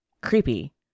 creepy